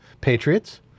patriots